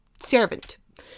servant